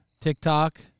TikTok